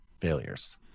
failures